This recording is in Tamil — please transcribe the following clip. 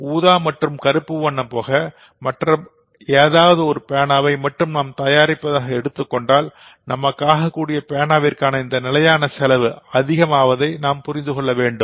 ஊதா மற்றும் கருப்பு வண்ணம் போக மற்ற ஏதாவது ஒரு பேனாவை மட்டும் நாம் தயாரிப்பதாக எடுத்துக் கொண்டால் நமக்கு ஆகக் கூடிய ஒரு பேனாவிற்கான இந்த நிலையான செலவு அதிகம் ஆவதை புரிந்துகொள்ள முடியும்